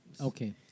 okay